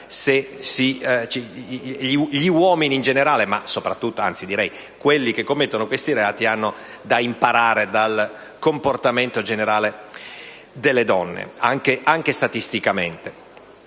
gli uomini in generale, ma soprattutto quelli che commettono questi reati, hanno da imparare dal comportamento generale delle donne, anche confrontando